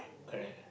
correct